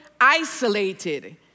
isolated